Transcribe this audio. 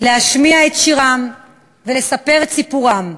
להשמיע את שירם ולספר את סיפורם.